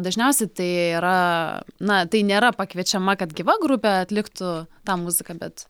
dažniausiai tai yra na tai nėra pakviečiama kad gyva grupė atliktų tą muziką bet